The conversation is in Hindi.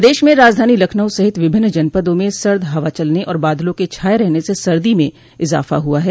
प्रदेश में राजधानी लखनऊ सहित विभिन्न जनपदों में सर्द हवा चलने और बादलों के छाये रहने से सर्दी में इजाफा हुआ है